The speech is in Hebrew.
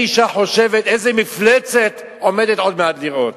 חושבת איזו מפלצת היא עוד מעט עומדת לראות.